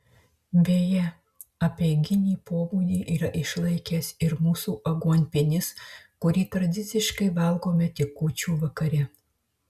beje apeiginį pobūdį yra išlaikęs ir mūsų aguonpienis kurį tradiciškai valgome tik kūčių vakare